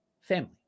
family